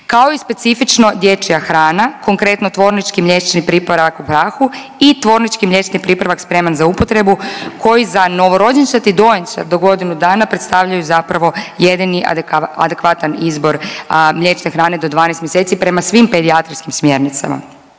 kao i specifično dječja hrana, konkretno tvornički mliječni pripravak u prahu i tvornički mliječni pripravak spreman za upotrebu koji za novorođenčad i dojenčad do godinu dana predstavljaju zapravo jedini adekvatan izbor mliječne hrane do 12 mjeseci prema svim pedijatrijskim smjernicama.